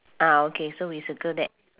ah okay so we circle that